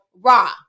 raw